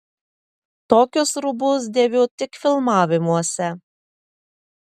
tokius rūbus dėviu tik filmavimuose